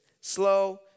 slow